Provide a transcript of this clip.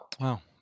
Wow